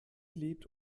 lebt